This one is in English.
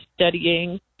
studying